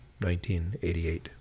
1988